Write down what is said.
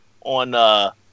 on